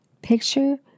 Picture